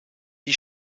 die